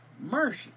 Mercy